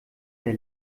der